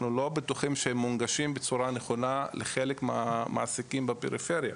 אנחנו לא בטוחים שהם מונגשים בצורה נכונה לחלק מהמעסיקים בפריפריה.